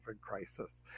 crisis